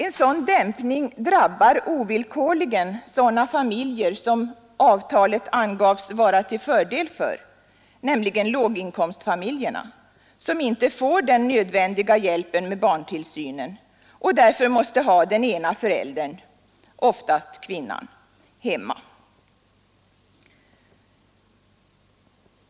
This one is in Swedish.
En sådan dämpning drabbar ovillkorligen sådana familjer som avtalet angavs vara till fördel för, nämligen låginkomstfamiljerna, som inte får den nödvändiga hjälpen med barntillsynen och därför måste ha den ena föräldern — oftast kvinnan — hemma.